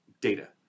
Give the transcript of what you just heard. data